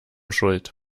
schuld